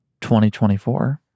2024